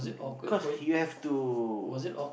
because you have to